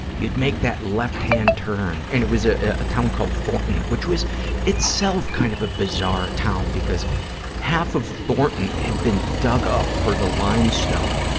you'd make that left-hand turn, and it was a ah town called thornton, which was itself kind of a bizarre town, because half of thornton had been dug up for the limestone,